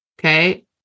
okay